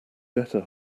better